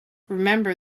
remember